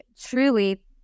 truly